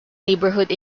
neighborhood